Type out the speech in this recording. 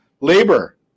labor